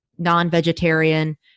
Non-vegetarian